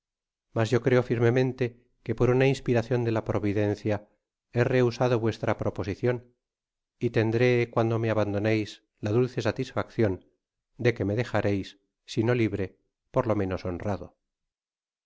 mas yo creo firmemente que por una inspiracion de la providencia he rehusado vuestra proposicion y tendré cuando me abandoneis la dulce satisfaccion de que me dejareis si no libre por lo menos honrado